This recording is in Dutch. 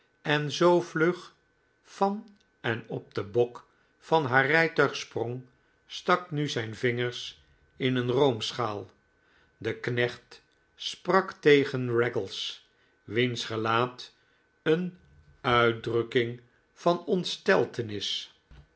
en zoo vlug van en op den bok van haar rijtuig sprong stak nu zijn vingers in een roomschaal de knecht sprak tegen raggles wiens gelaat een uitdrukking van ontsteltenis